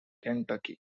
kentucky